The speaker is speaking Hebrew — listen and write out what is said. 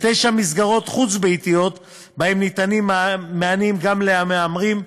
ובתשע מסגרות חוץ-ביתיות שבהן ניתנים מענים גם למהמרים.